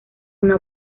una